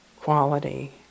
quality